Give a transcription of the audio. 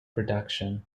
production